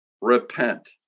Repent